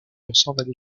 ressemblent